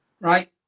right